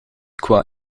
qua